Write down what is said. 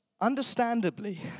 understandably